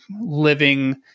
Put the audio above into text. living